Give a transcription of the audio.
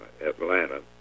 Atlanta